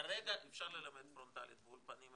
כרגע אפשר ללמד פרונטלית באולפנים,